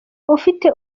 ufite